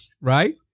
right